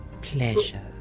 Pleasure